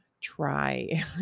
try